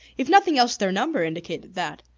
if nothing else, their number indicated that.